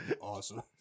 awesome